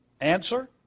Answer